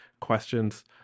questions